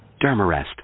Dermarest